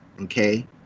Okay